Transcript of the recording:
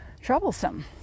troublesome